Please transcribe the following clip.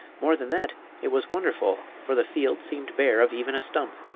more than that, it was wonderful for the field seemed bare of even a stump.